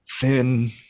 thin